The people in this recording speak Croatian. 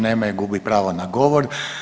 Nema je, gubi pravo na govor.